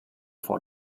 for